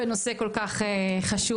בנושא כל כך חשוב,